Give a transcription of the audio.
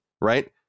right